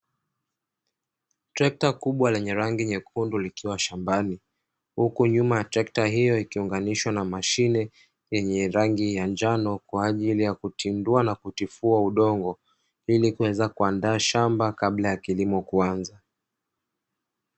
Trekta kubwa lenye rangi nyekundu likiwa shambani, huku nyuma ya trekta hilo ikiunganishwa na mashine yenye rangi ya njano kwa ajili ya kutindua na kutifua udongo ili kuweza kuandaa shamba kabla ya kilimo kuanza.